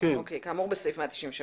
במקום שיהיה אגף שמתעסק בניהול כלכלי,